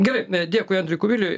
gerai dėkui andriui kubiliui